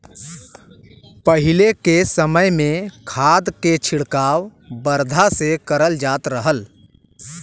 पहिले के समय में खाद के छिड़काव बरधा से करल जात रहल